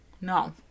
No